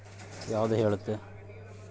ನಮ್ ದೇಶ ಒಳಗ ಇರೋ ರೈತಾಪಿ ಕೆಲ್ಸ ಬಗ್ಗೆ ಇದು ಹೇಳುತ್ತೆ